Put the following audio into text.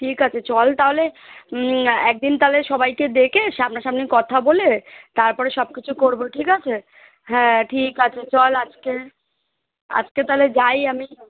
ঠিক আছে চল তাহলে এক দিন তাহলে সবাইকে ডেকে সামনা সামনি কথা বলে তারপরে সব কিছু করব ঠিক আছে হ্যাঁ ঠিক আছে চল আজকে আজকে তাহলে যাই আমি